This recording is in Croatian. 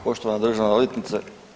Poštovana državna odvjetnice.